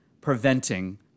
preventing